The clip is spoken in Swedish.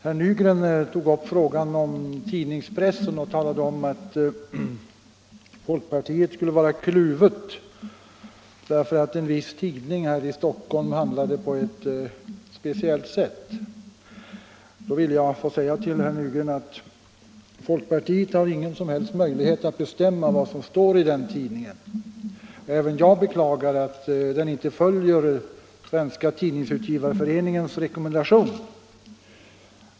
Herr Nygren tog upp frågan om tidningspressen och talade om att folkpartiet skulle vara kluvet därför att en viss tidning här i Stockholm handlade på ett speciellt sätt. Då vill jag säga till herr Nygren att folkpartiet har ingen som helst möjlighet att bestämma vad som står i den tidningen. Även jag beklagar att den inte följer Svenska tidningsutgivareföreningens rekommendation.